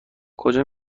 کجا